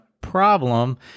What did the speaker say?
problem